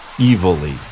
evilly